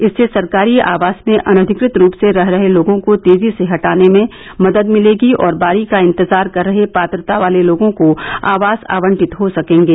इससे सरकारी आवास में अनधिकृत रूप से रह रहे लोगों को तेजी से हटाने में मदद मिलेगी और बारी का इंतजार कर रहे पात्रता वाले लोगों को आवास आवंटित हो सकेंगे